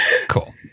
Cool